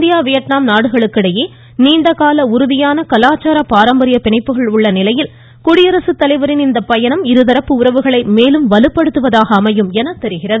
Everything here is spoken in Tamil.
இந்தியா வியட்நாம் நாடுகளுக்கிடையே நீண்டகால உறுதியான கலாச்சார பாரம்பரிய பிணைப்புகள் உள்ளநிலையில் குடியரசுத் தலைவரின் இந்தப்பயணம் இருதரப்பு உறவுகளை மேலும் வலுப்படுத்துவதாக அமையும் என தெரிகிறது